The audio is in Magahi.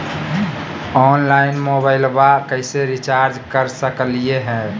ऑनलाइन मोबाइलबा कैसे रिचार्ज कर सकलिए है?